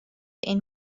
این